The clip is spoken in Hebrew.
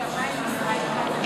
באין פיתות נאכל עוגות.